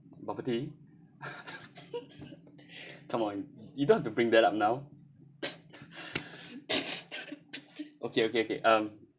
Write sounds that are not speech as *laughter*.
bak kut teh *laughs* come on you don't want to bring that up now *coughs* okay okay okay um